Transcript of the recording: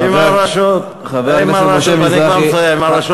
חבר הכנסת משה מזרחי, אני כבר מסיים.